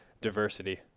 diversity